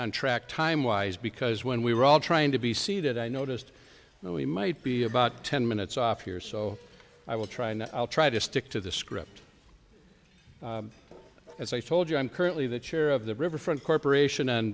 on track time wise because when we were all trying to be seated i noticed that we might be about ten minutes off here so i will try and i'll try to stick to the script as i told you i'm currently the chair of the riverfront corporation